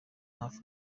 hafi